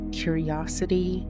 curiosity